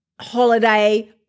holiday